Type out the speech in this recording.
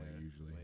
usually